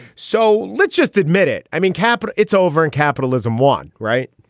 so let's just admit it. i mean, kapre, it's over. and capitalism one, right?